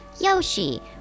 Yoshi